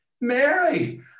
Mary